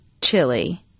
chili